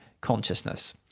consciousness